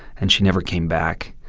and she never came back.